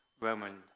Roman